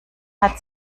hat